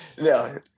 No